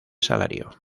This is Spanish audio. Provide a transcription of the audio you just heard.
salario